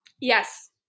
yes